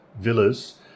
villas